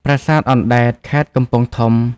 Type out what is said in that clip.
ប្រាសាទអណ្តែត (ខេត្តកំពង់ធំ)។